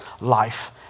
life